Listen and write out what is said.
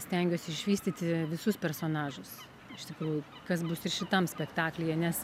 stengiuosi išvystyti visus personažus iš tikrųjų kas bus ir šitam spektaklyje nes